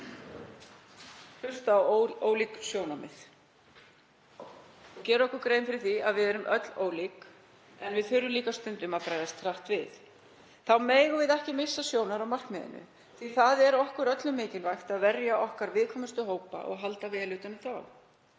hlusta á ólík sjónarmið og gera okkur grein fyrir því að við erum öll ólík. En við þurfum líka stundum að bregðast hratt við. Þá megum við ekki missa sjónar á markmiðinu því að það er okkur öllum mikilvægt að verja okkar viðkvæmustu hópa og halda vel utan um